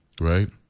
right